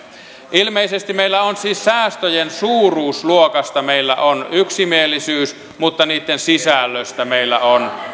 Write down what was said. ilmeisesti siis säästöjen suuruusluokasta meillä on yksimielisyys mutta niitten sisällöstä meillä on